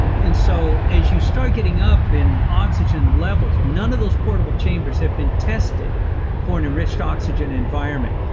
and so as you start getting up in oxygen levels, none of those fordable chambers have been tested for an enriched oxygen environment.